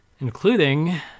including